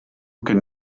can